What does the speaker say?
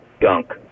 gunk